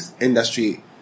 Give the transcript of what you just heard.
industry